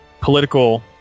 political